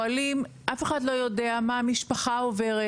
אף אחד לא יודע מה המשפחה עוברת?